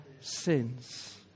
sins